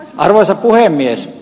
arvoisa puhemies